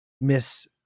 Miss